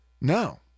no